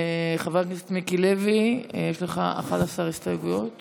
חבר הכנסת מיקי לוי, יש לך 11 הסתייגויות